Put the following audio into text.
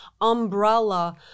umbrella